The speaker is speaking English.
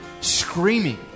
screaming